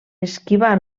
esquivar